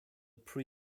pre